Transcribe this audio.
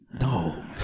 No